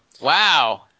wow